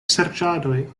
serĉadoj